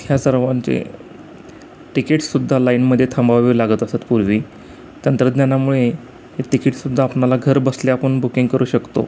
ह्या सर्वांचे तिकीटसुद्धा लाईनमध्ये थांबावे लागत असतात पूर्वी तंत्रज्ञानामुळे हे तिकीटसुद्धा आपणाला घर बसल्या आपण बुकिंग करू शकतो